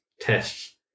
tests